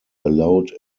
allowed